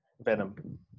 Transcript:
Venom